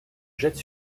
jette